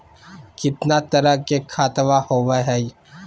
कितना तरह के खातवा होव हई?